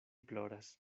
ploras